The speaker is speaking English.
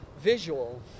visual